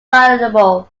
available